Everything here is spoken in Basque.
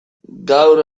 gaur